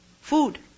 food